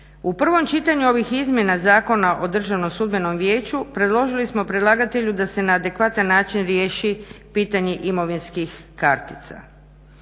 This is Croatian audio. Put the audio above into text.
U prvom čitanju ovih izmjena Zakona o Državnom sudbenom vijeću predložili smo predlagatelju da se na adekvatan način riješi pitanje imovinskih kartica.